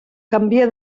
canvia